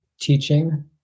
teaching